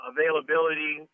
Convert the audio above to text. availability